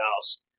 house